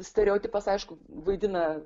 stereotipas aišku vaidina